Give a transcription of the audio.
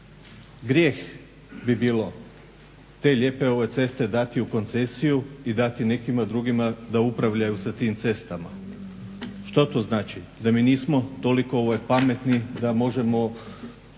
Grijeh bi bilo te lijepe ceste dati u koncesiju i dati nekima drugima da upravljaju sa tim cestama. Što to znači? Da mi nismo toliko pametni da možemo